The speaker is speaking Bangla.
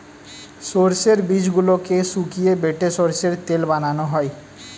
সর্ষের বীজগুলোকে শুকিয়ে বেটে সর্ষের তেল বানানো হয়